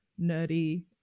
nerdy